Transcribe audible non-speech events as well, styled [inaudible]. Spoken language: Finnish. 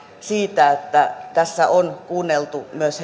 siitä että tässä on kuunneltu myös [unintelligible]